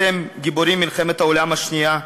אתם גיבורי מלחמת העולם השנייה,